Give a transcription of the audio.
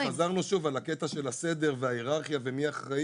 חזרנו שוב על הקטע של הסדר וההיררכיה ומי אחראי.